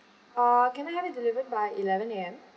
uh can I have it delivered by eleven A_M